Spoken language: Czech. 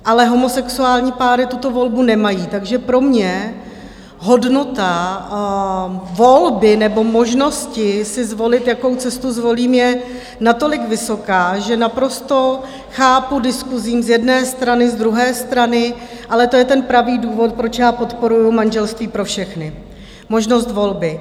Ale homosexuální páry tuto volbu nemají, takže pro mě hodnota volby nebo možnosti si zvolit, jakou cestu zvolím, je natolik vysoká, že naprosto chápu diskuse z jedné strany, z druhé strany, ale to je ten pravý důvod, proč podporuji manželství pro všechny možnost volby.